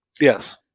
Yes